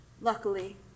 Luckily